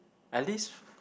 at least